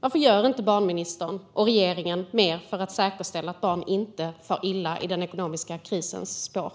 Varför gör inte barnministern och regeringen mer för att säkerställa att barn inte far illa i den ekonomiska krisens spår?